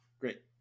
Great